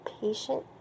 patient